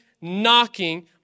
knocking